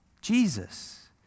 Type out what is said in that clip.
Jesus